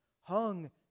hung